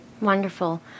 Wonderful